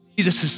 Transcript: Jesus